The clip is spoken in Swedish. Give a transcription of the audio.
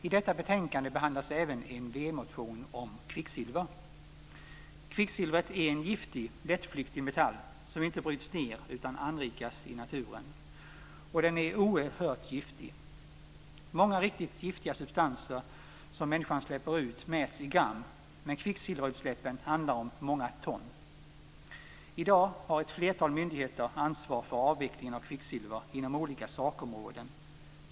I detta betänkande behandlas även en v-motion om kvicksilver. Kvicksilver är en giftig, lättflyktig metall som inte bryts ned utan anrikas i naturen. Den är oerhört giftig. Många riktigt giftiga substanser som människan släpper ut mäts i gram, men kvicksilverutsläppen handlar om många ton. I dag har ett flertal myndigheter ansvar för avvecklingen av kvicksilver inom olika sakområden.